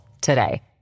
today